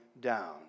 down